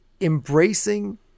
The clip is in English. Embracing